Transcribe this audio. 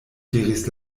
diris